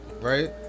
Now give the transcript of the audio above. right